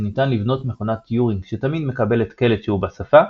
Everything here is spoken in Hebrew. שניתן לבנות מכונת טיורינג שתמיד מקבלת קלט שהוא בשפה,